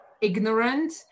ignorant